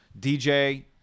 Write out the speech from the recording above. DJ